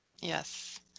Yes